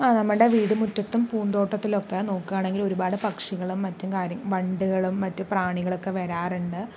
ആ നമ്മുടെ വീട് മുറ്റത്തും പൂന്തോട്ടത്തിലൊക്കെ നോക്കുകയാണെങ്കില് ഒരുപാട് പക്ഷികളും മറ്റും കാര്യ വണ്ടുകളും മറ്റ് പ്രാണികളൊക്കെ വരാറുണ്ട്